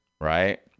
right